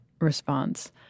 response